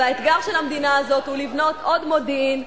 והאתגר של המדינה הזאת הוא לבנות עוד מודיעין,